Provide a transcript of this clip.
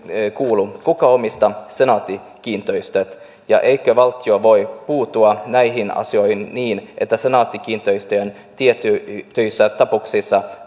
kuuluu kuka omistaa senaatti kiinteistöt ja eikö valtio voi puuttua näihin asioihin niin että senaatti kiinteistöjen tietyissä tapauksissa